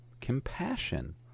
compassion